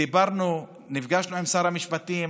דיברנו, נפגשנו עם שר המשפטים.